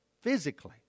physically